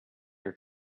your